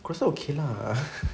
aku rasa okay lah